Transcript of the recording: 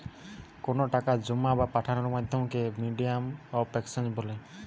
কোনো টাকা জোমা বা পাঠানোর মাধ্যমকে মিডিয়াম অফ এক্সচেঞ্জ বলে